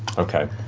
okay.